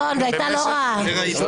הרס מערכת המשפט, טלי, הרס.